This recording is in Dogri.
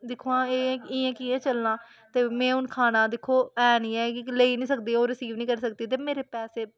दिक्खो हां एह् इयां कि'यां चलना ते में हून खाना दिक्खो ऐ नी ऐ कि के लेई नी सकदी आ'ऊं रिसीव निं करी सकदी ते मेरे पैसे